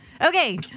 Okay